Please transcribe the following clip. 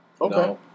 Okay